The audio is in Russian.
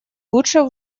лучше